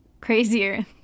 crazier